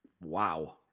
Wow